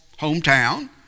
hometown